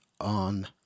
on